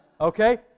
okay